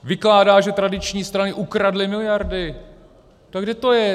Vykládá, že tradiční strany ukradly miliardy tak kde to je?